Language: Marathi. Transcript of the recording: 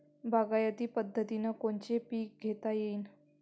बागायती पद्धतीनं कोनचे पीक घेता येईन?